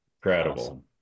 incredible